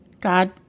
God